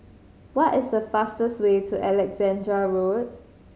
what is the fastest way to Alexandra Road